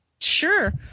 Sure